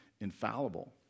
infallible